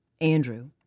Andrew